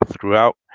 throughout